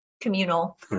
communal